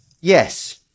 Yes